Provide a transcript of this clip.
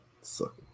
Suck